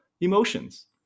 emotions